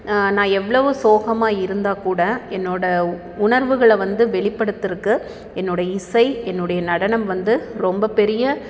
நான் எவ்வளவு சோகமாக இருந்தாக்கூட என்னோடய உணர்வுகளை வந்து வெளிப்படுத்துறக்கு என்னோடய இசை என்னுடைய நடனம் வந்து ரொம்ப பெரிய